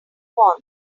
wants